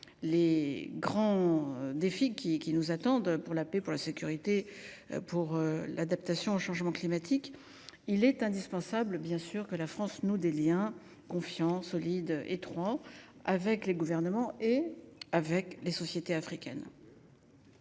les grands défis qui nous attendent, pour la paix, pour la sécurité et pour l’adaptation au changement climatique, il est indispensable que la France noue des liens étroits, solides et confiants avec les gouvernements et avec les sociétés africaines.